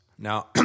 Now